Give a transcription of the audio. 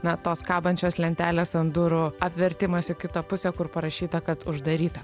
na tos kabančios lentelės ant durų apvertimas į kitą pusę kur parašyta kad uždaryta